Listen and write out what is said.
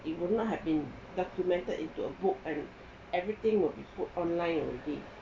it would not have been documented into a book and everything would be put online already